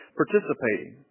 participating